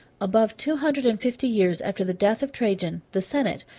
above two hundred and fifty years after the death of trajan, the senate,